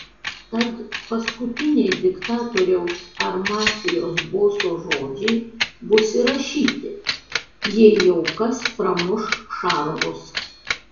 tad paskutiniai diktatoriaus ar mafijos boso žodžiai bus įrašyti jei jau kas pramuš šarvus